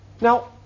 Now